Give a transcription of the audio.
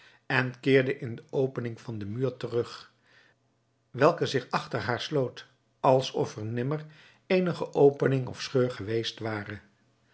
en keerde in de opening van de muur terug welke zich achter haar sloot als of er nimmer eenige opening of scheur geweest ware